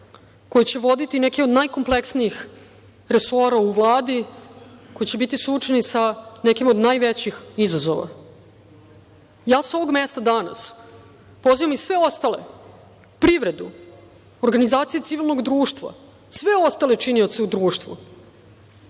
koje će vodite neke od najkompleksnijih resora u Vladi, koje će biti suočene sa nekima od najvećih izazova. Ja sa ovog mesta danas pozivam i sve ostale, privredu, organizacije civilnog društva, sve ostale činioce u društvu,